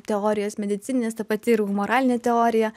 teorijos medicininės ta pati ir humoralinė teorija